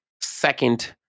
second